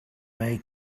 make